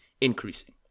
increasing